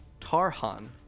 Tarhan